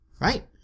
right